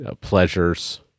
pleasures